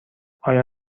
آیا